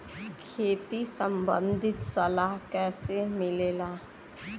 खेती संबंधित सलाह कैसे मिलेला?